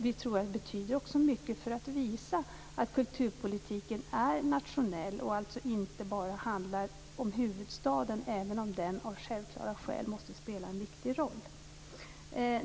Vi tror också att det betyder mycket för att visa att kulturpolitiken är nationell och inte bara handlar om huvudstaden, även om den av självklara skäl måste spela en viktig roll.